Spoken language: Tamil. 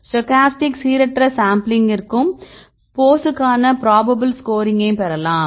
ஸ்டோக்காஸ்டிக் சீரற்ற சாம்பிளிங்கிற்கும் போசுக்கான பிராபபில் ஸ்கோரிங்கை பெறலாம்